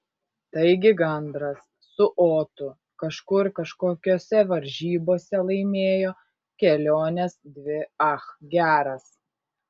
taigi gandras su otu kažkur kažkokiose varžybose laimėjo keliones dvi ach geras